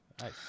Nice